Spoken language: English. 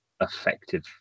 effective